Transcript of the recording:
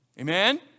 Amen